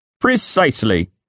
Precisely